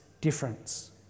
difference